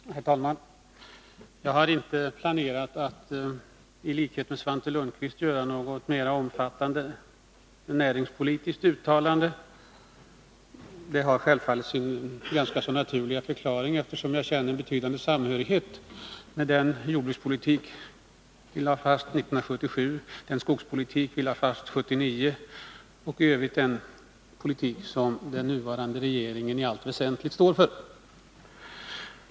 Herr talman! Jag har inte planerat att i likhet med Svante Lundkvist göra något mer omfattande näringspolitiskt uttalande. Det har självfallet sin ganska naturliga förklaring, eftersom jag känner en betydande samhörighet med den jordbrukspolitik vi lade fast 1977, den skogspolitik vi lade fast 1979 och i övrigt med den politik som den nuvarande regeringen i allt väsentligt står för.